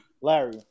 Larry